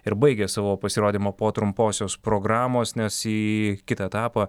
ir baigė savo pasirodymą po trumposios programos nes į kitą etapą